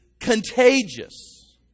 contagious